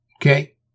Okay